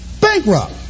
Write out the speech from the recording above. bankrupt